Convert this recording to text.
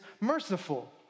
merciful